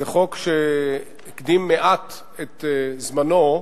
זה חוק שהקדים מעט את זמנו,